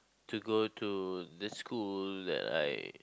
to go to this school that I